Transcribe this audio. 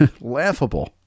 laughable